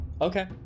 Okay